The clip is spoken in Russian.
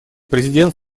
президент